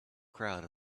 crowd